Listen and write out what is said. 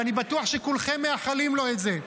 ואני בטוח שכולכם מאחלים לו את זה,